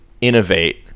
innovate